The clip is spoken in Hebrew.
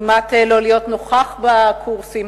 וכמעט לא להיות נוכחים בקורסים.